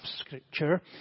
Scripture